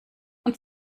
und